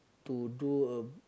to do a